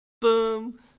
boom